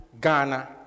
Ghana